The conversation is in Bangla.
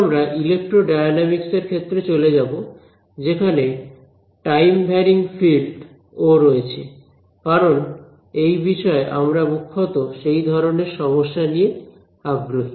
এখন আমরা ইলেকট্রোডায়নামিকস এর ক্ষেত্রে চলে যাব যেখানে টাইম ভ্যারিং ফিল্ড ও রয়েছে কারণ এই বিষয়ে আমরা মুখ্যত সেই ধরনের সমস্যা নিয়ে আগ্রহী